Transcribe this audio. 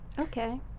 Okay